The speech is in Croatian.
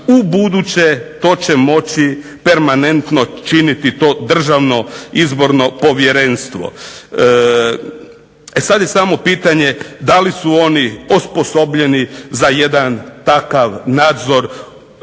ubuduće to će moći permanentno činiti to Državno izborno povjerenstvo. E sada je samo pitanje da li su oni osposobljeni za jedan takav nadzor